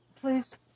please